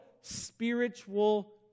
spiritual